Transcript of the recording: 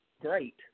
Great